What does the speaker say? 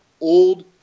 old